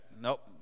nope